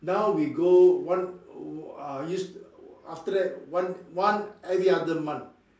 now we go one uh used to after that one one every other month